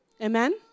Amen